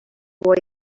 boy